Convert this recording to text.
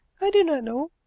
i do not know.